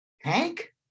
Hank